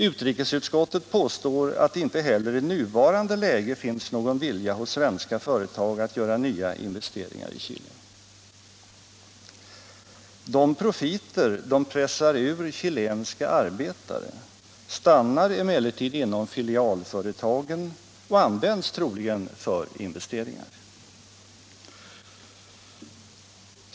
Utrikesutskottet påstår att det inte heller i nuvarande läge finns någon vilja hos svenska företag att göra nya investeringar i Chile. De profiter de pressar ur chilenska arbetare stannar emellertid inom filialföretagen och används troligen för investeringar.